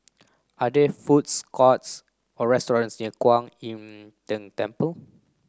are there food courts or restaurants near Kwan Im Tng Temple